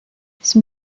son